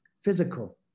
physical